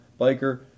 biker